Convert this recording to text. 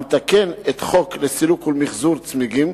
המתקן את החוק לסילוק ולמיחזור צמיגים,